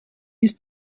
ist